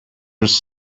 was